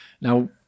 Now